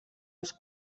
als